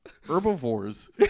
herbivores